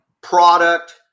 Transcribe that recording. product